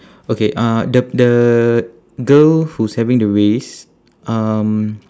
okay uh the the girl who's having the race um